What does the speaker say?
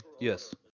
Yes